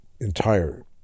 entire